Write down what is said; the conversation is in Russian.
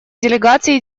делегацией